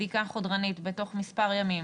בדיקה חודרנית בתוך מספר ימים,